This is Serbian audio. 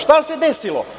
Šta se desilo?